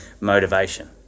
motivation